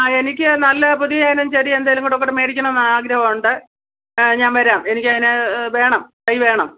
ആ എനിക്ക് നല്ല പുതിയ ഇനം ചെടി എന്തെങ്കിലും കൂടെ കൂടെ മേടിക്കണം എന്ന് ആഗ്രഹം ഉണ്ട് ഞാൻ വരാം എനിക്ക് അതിനെ വേണം തൈ വേണം